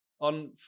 on